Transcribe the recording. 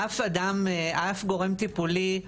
אף אדם, אף גורם טיפולי או